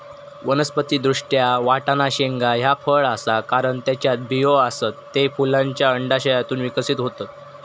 वनस्पति दृष्ट्या, वाटाणा शेंगा ह्या फळ आसा, कारण त्येच्यात बियो आसत, ते फुलांच्या अंडाशयातून विकसित होतत